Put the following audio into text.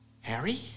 Harry